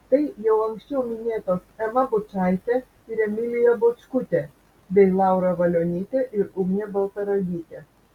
tai jau anksčiau minėtos ema bučaitė ir emilija bočkutė bei laura valionytė ir ugnė baltaragytė